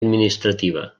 administrativa